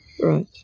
right